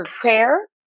prayer